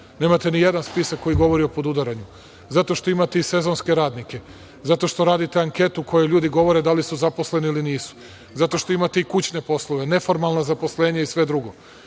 Nemate nijedan spisak koji govori o podudaranju zato što imate i sezonske radnike, zato što radite anketu u kojoj ljudi govore da li su zaposleni ili nisu, zato što imate i kućne poslove i neformalna zaposlenja i sve drugo. Ono